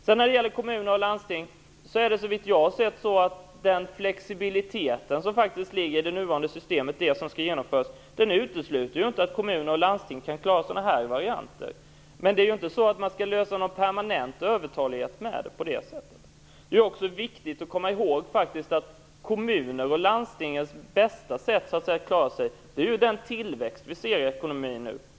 När det sedan gäller kommuner och landsting utesluter såvitt jag förstår inte den flexibilitet som finns i det nuvarande systemet att kommuner och landsting klarar nu aktuella varianter. Men man skall inte på det sättet åtgärda permanent övertalighet. Det är faktiskt också viktigt att komma ihåg att kommuners och landstings bästa möjlighet att klara sig ligger i den tillväxt som vi nu ser i ekonomin.